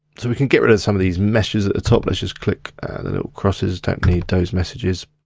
so we can get rid of some of these messages at the top, let's just click the little crosses, don't need those messages.